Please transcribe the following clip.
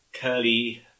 curly